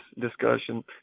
discussion